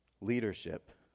leadership